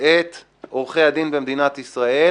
את עורכי הדין במדינת ישראל,